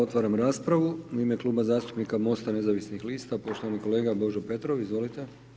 Otvaram raspravu u ime Kluba zastupnika Mosta nezavisnih lista, poštovani kolega Božo Petrov, izvolite.